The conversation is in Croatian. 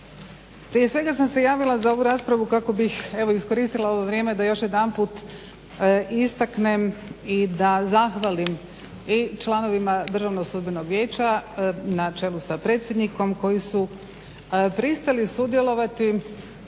Prije svega sam se javila za ovu raspravu kako bih evo iskoristila ovo vrijeme da još jedanput istaknem i da zahvalim i članovima Državnog sudbenog vijeća na čelu sa predsjednikom koji su pristali sudjelovati